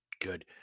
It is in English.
good